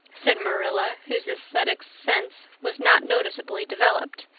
said marilla, whose aesthetic sense was not noticeably developed.